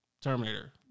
Terminator